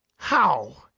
how!